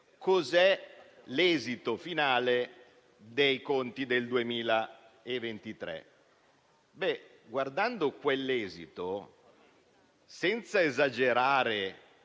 dire l'esito finale dei conti del 2023, guardando quell'esito, senza esagerare